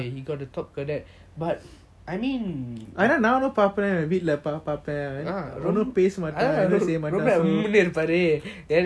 நானும் பாப்பான் வீட்டுல பாப்பான் ஒன்னும் பேச மாட்டான் ஏதும் செய்ய மாட்டான்:naanum paapan veetula paapan onum peasa maatan eathum seiya maatan so I also a bit shocked when he got there